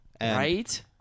Right